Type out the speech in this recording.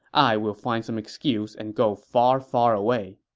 i will find some excuse and go far far away.